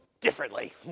differently